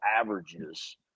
averages